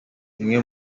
bimwe